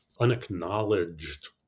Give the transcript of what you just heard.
unacknowledged